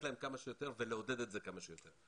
להם כמה שיותר ולעודד את זה כמה שיותר.